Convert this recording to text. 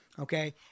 okay